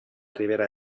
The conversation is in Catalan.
ribera